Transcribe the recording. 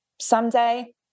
someday